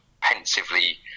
pensively